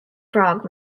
frog